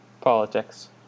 Politics